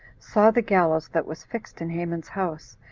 saw the gallows that was fixed in haman's house,